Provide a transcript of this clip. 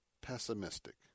pessimistic